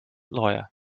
lawyer